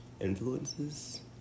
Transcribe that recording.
influences